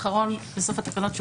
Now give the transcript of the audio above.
התיקון האחרון בסוף התקנות,